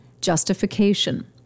justification